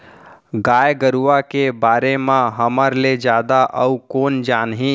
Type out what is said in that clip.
गाय गरूवा के बारे म हमर ले जादा अउ कोन जानही